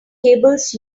cables